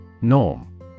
Norm